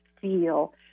feel